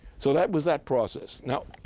so that was that process. now,